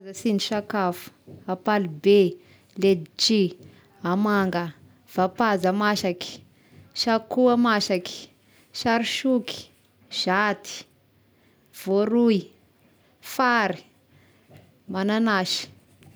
Ireo sindrin-sakafo: ampalibe, ledsi, amanga, vapaza masaky, sakoa masaky, sarisoky, zaty, vôroy, fary, mananasy.